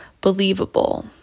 believable